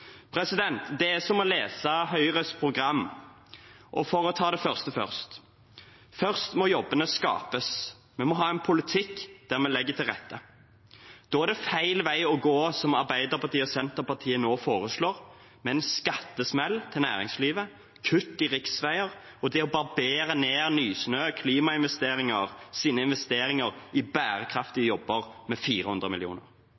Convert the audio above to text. Det er som å lese Høyres program. For å ta det første først: Først må jobbene skapes. Vi må ha en politikk der vi legger til rette. Da er det som Arbeiderpartiet og Senterpartiet nå foreslår, feil vei å gå: skattesmell for næringslivet, kutt i riksveier og det å barbere ned Nysnø Klimainvesteringer sine investeringer i